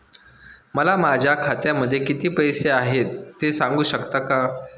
मला माझ्या खात्यामध्ये किती पैसे आहेत ते सांगू शकता का?